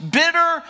bitter